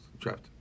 trapped